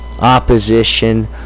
Opposition